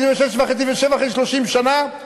6.5 ו-7.5 אחרי 30 שנה,